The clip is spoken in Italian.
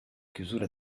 chiusura